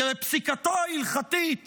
כי פסיקתו ההלכתית